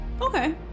Okay